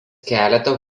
keletą